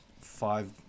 five